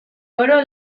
oro